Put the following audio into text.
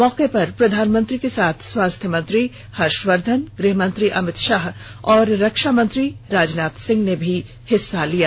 मौके पर प्रधानमंत्री के साथ स्वास्थ्य मंत्री हर्षवर्द्वन गृहमंत्री अमित शाह और रक्षा मंत्री राजनाथ सिंह ने भी हिस्सा लिया